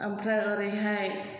ओमफ्राय ओरैहाय